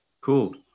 cool